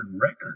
record